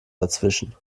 dazwischen